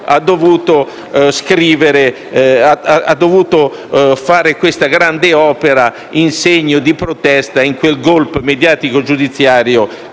ha dovuto fare questa grande opera in segno di protesta verso quel *golpe* mediatico giudiziario